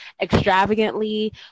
extravagantly